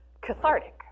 cathartic